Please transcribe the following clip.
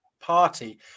party